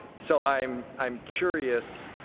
so i'm i'm curious,